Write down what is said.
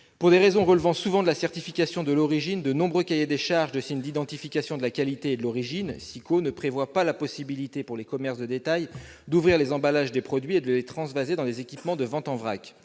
Pour des raisons relevant souvent de la certification de l'origine, de nombreux cahiers des charges de signes d'identification de la qualité et de l'origine- SIQO -ne prévoient pas la possibilité pour les commerces de détail d'ouvrir les emballages des produits et de les transvaser dans les équipements de vente en vrac.